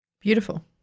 Beautiful